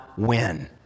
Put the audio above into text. Win